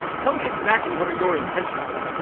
tell me exactly what are your intentions?